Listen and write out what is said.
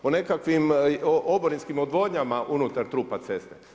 O nekakvim oborinskim odvodnjama unutar trupa ceste.